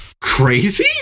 crazy